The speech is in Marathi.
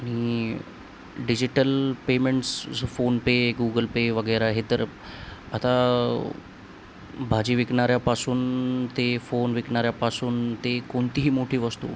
आणि डिजिटल पेमेंट्स जो फोन पे गुगल पे वगैरा हे तर आता भाजी विकणाऱ्यापासून ते फोन विकणाऱ्यापासून ते कोणतीही मोठी वस्तू